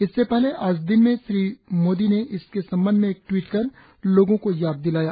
इससे पहले आज दिन में श्री मोदी ने इसके संबंध में एक ट्वीट कर लोगों को याद दिलाया